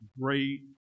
great